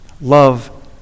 Love